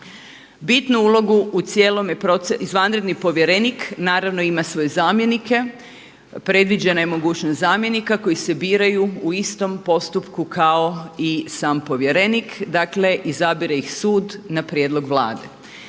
izvanrednog povjerenika. Izvanredni povjerenik naravno ima svoje zamjenike, predviđena je mogućnost zamjenika koji se biraju u istom postupku kao i sam povjerenik, dakle izabire iz sud na prijedlog Vlade.